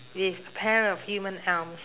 with pair of human arms